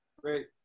great